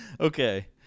okay